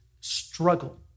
struggle